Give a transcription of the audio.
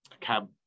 cab